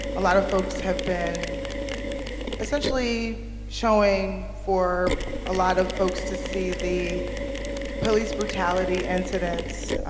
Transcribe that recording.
a lot of folks have been essentially showing for a lot of folks to see the police brutality incidents,